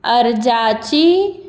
अर्जाची